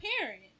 parent